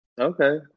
Okay